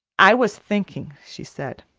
i was thinking, she said.